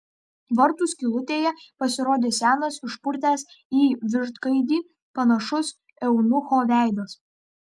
vartų skylutėje pasirodė senas išpurtęs į vištgaidį panašus eunucho veidas